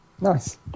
nice